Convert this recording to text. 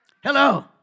Hello